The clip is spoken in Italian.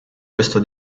questo